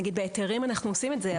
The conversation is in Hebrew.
בהיתרים אנחנו עושים את זה.